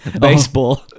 Baseball